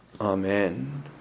Amen